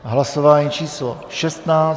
Hlasování číslo 16.